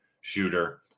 shooter